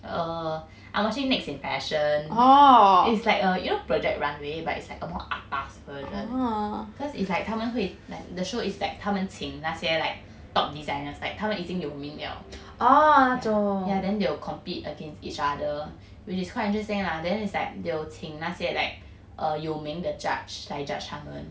err I'm watching next in fashion it's like a you know project runway but it's like a more atas version cause it's like 他们会 like the show is that 他们请那些 like top designers like 他们已近有名了 ya then they will compete against each other which is quite interesting lah then it's like they'll 请那些 like err 有名的 judge like judge 他们